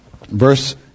Verse